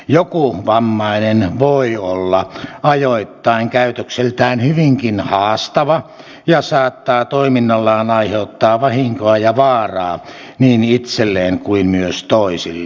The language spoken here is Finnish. joku vammainen voi olla ajoittain käytökseltään hyvinkin haastava ja saattaa toiminnallaan aiheuttaa vahinkoa ja vaaraa niin itselleen kuin myös toisille